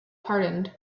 pardoned